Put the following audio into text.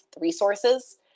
resources